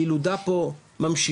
הילודה פה ממשיכה,